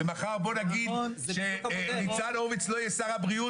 ומחר בוא נגיד שניצן הורוביץ לא יהיה שר הבריאות